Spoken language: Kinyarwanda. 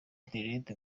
internet